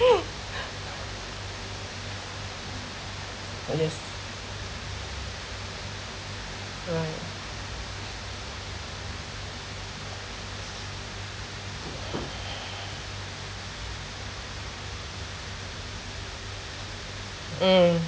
when it's like mm